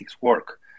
work